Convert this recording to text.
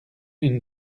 une